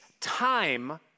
time